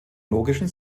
logischen